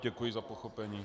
Děkuji za pochopení.